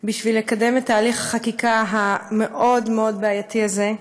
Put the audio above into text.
בשביל לקדם את תהליך החקיקה המאוד-מאוד בעייתי הזה,